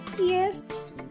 Yes